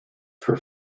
per